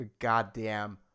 Goddamn